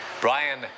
Brian